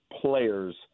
players